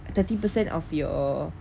thirty percent of your